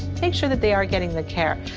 make sure that they are getting the care,